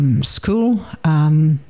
school